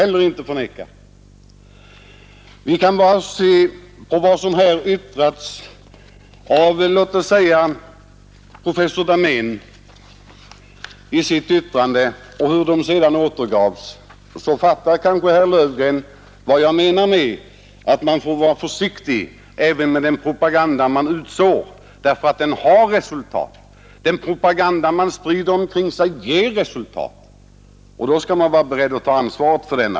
Låt oss bara se på vad som yttrades av t.ex. professor Dahmén i dennes anförande och hur detta sedan återgavs. Då fattar kanske herr Löfgren vad jag menar med mitt uttalande att man får vara försiktig med den propaganda man utsår. Den propaganda man sprider ger nämligen resultat, och då skall man också vara beredd att ta ansvaret för den.